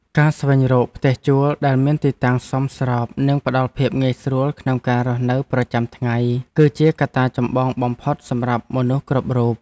ការស្វែងរកផ្ទះជួលដែលមានទីតាំងសមស្របនិងផ្តល់ភាពងាយស្រួលក្នុងការរស់នៅប្រចាំថ្ងៃគឺជាកត្តាចម្បងបំផុតសម្រាប់មនុស្សគ្រប់រូប។